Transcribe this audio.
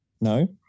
No